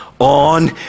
On